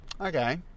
Okay